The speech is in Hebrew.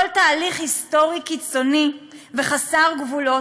כל תהליך היסטורי קיצוני וחסר גבולות,